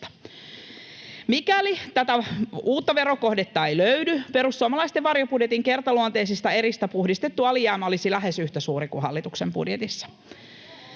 Mikäli tätä uutta verokohdetta ei löydy, perussuomalaisten varjobudjetin kertaluonteisista eristä puhdistettu alijäämä olisi lähes yhtä suuri kuin hallituksen budjetissa.